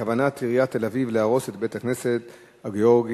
בנושא: כוונת עיריית תל-אביב להרוס את בית-הכנסת הגאורגי,